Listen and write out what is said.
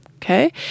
Okay